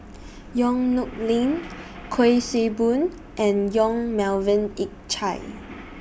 Yong Nyuk Lin Kuik Swee Boon and Yong Melvin Yik Chye